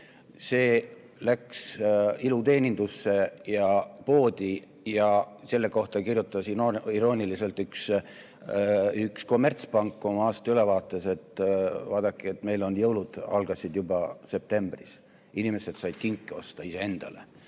See läks iluteenindusse ja poodi. Selle kohta kirjutas irooniliselt üks kommertspank oma aastaülevaates, et vaadake, meil jõulud algasid juba septembris, inimesed said kinke osta iseendale.